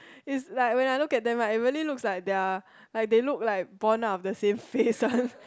it's like when I look at them right it really look like they look like born on the same face one